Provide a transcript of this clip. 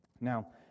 Now